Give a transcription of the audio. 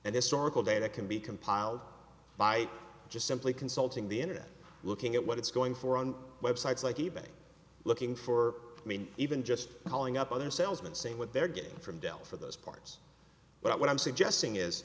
and historical data can be compiled by just simply consulting the internet looking at what it's going for on websites like e bay looking for i mean even just calling up other salesman saying what they're getting from dell for those parts but what i'm suggesting is